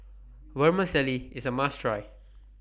Vermicelli IS A must Try